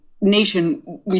nation